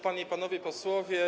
Panie i Panowie Posłowie!